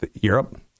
Europe